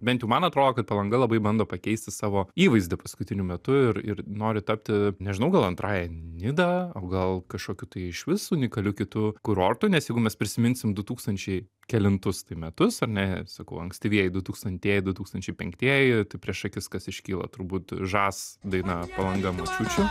bent jau man atrodo kad palanga labai bando pakeisti savo įvaizdį paskutiniu metu ir ir nori tapti nežinau gal antrąja nida o gal kažkokiu tai išvis unikaliu kitu kurortu nes jeigu mes prisiminsim du tūkstančiai kelintus tai metus ar ne sakau ankstyvieji dutūkstantieji du tūkstančiai penktieji tai prieš akis kas iškyla turbūt žas daina palanga močiučių